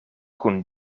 kun